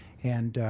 and